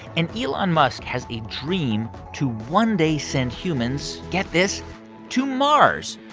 and elon musk has a dream to one day send humans get this to mars,